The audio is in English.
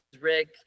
Rick